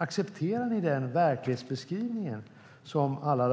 Accepterar ni den verklighetsbeskrivning som alla